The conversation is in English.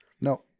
No